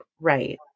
right